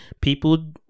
People